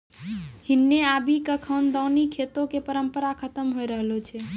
हिन्ने आबि क खानदानी खेतो कॅ परम्परा खतम होय रहलो छै